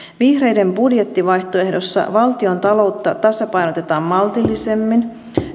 vihreiden budjettivaihtoehdossa valtiontaloutta tasapainotetaan maltillisemmin